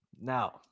now